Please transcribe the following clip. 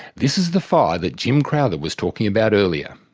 this is the fire that jim crowther was talking about earlier.